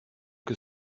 que